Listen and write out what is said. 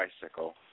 bicycle